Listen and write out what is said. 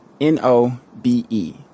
N-O-B-E